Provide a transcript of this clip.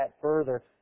further